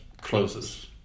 closes